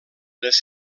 les